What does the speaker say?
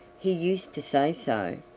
he used to say so.